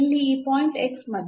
ಇಲ್ಲಿ ಈ ಪಾಯಿಂಟ್ ಮತ್ತು